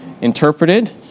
interpreted